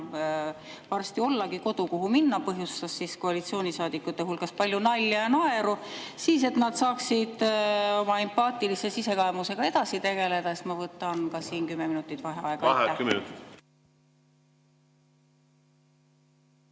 enam ollagi kodu, kuhu minna, põhjustas koalitsioonisaadikute hulgas palju nalja ja naeru, siis selleks, et nad saaksid oma empaatilise sisekaemusega edasi tegeleda, ma võtan ka nüüd kümme minutit vaheaega.